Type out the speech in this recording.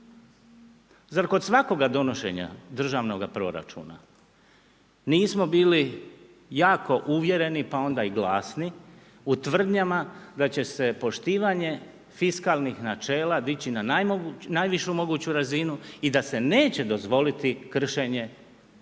Zar kod svakoga donošenja državnog proračuna, nismo bili jako uvjereni, pa onda i glasni u tvrdnjama da će se poštovanje fiskalnih načela dići na najvišu moguću razinu i da se neće dozvoliti kršenje fiskalnih